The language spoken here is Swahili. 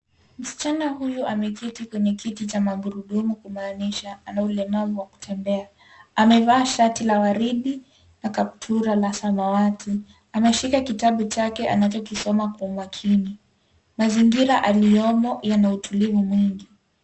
Msichana huyu ameketi kwenye kiti cha magurudumu kumaanisha ana ulemavu wa kutembea. Amevaa shati la waridi na kaptura la samawati. Anashika kitabu chake anachokisoma kwa umakini. Mazingira aliyomo yana utulivu mwingi.